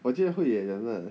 我觉得会 leh 讲真的